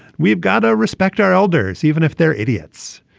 we've gotta respect our elders even if they're idiots.